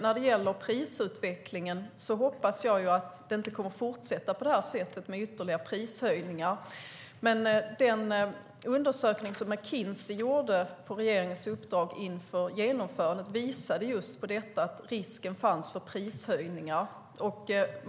När det gäller prisutvecklingen hoppas jag att det inte kommer att fortsätta på detta sätt med ytterligare prishöjningar. Den undersökning McKinsey gjorde på regeringens uppdrag inför genomförandet visade just på risken för prishöjningar.